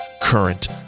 current